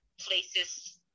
places